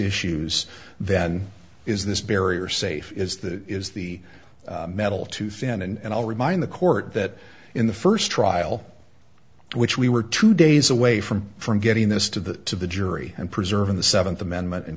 issues than is this barrier safe is the is the metal too thin and i'll remind the court that in the first trial which we were two days away from from getting this to the jury and preserving the seventh amendment and